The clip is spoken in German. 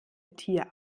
tier